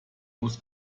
muss